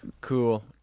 Cool